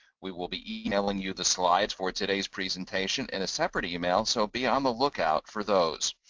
we will be emailing you the slides for today's presentation in a separate email so be on the lookout for those.